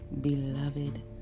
beloved